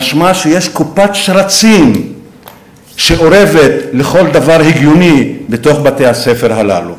משמע שיש קופת שרצים שאורבת לכל דבר הגיוני בתוך בתי-הספר הללו.